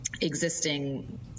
existing